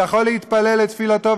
יכול להתפלל את תפילתו,